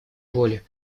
воли